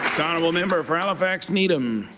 the honourable member for halifax needham.